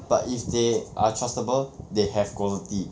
but if they are trustable they have quality